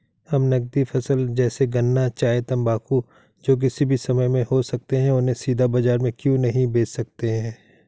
हम नगदी फसल जैसे गन्ना चाय तंबाकू जो किसी भी समय में हो सकते हैं उन्हें सीधा बाजार में क्यो नहीं बेच सकते हैं?